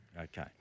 Okay